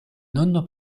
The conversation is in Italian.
nonno